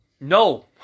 no